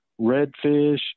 redfish